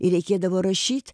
ir reikėdavo rašyt